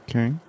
Okay